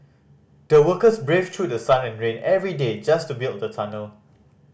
the workers braved through sun and rain every day just to build the tunnel